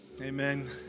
Amen